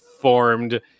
formed